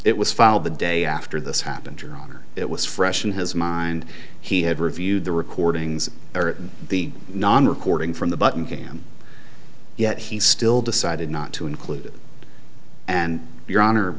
it was filed the day after this happened john it was fresh in his mind he had reviewed the recordings or the non recording from the button cam yet he still decided not to include and your honor